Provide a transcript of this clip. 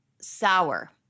sour